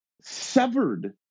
severed